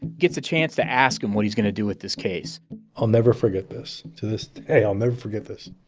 gets a chance to ask him what he's going to do with this case i'll never forget this. to this day, i'll never forget this.